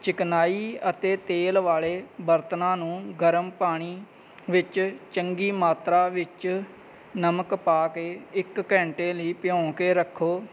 ਚਿਕਨਾਈ ਅਤੇ ਤੇਲ ਵਾਲੇ ਬਰਤਨਾਂ ਨੂੰ ਗਰਮ ਪਾਣੀ ਵਿੱਚ ਚੰਗੀ ਮਾਤਰਾ ਵਿੱਚ ਨਮਕ ਪਾ ਕੇ ਇੱਕ ਘੰਟੇ ਲਈ ਭਿਓਂ ਕੇ ਰੱਖੋ